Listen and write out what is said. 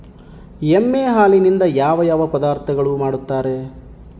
ಎಮ್ಮೆ ಹಾಲಿನಿಂದ ಯಾವ ಯಾವ ಪದಾರ್ಥಗಳು ಮಾಡ್ತಾರೆ?